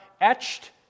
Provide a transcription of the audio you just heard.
etched